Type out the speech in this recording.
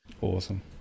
Awesome